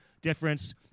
difference